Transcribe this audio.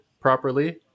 properly